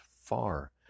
far